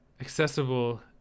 accessible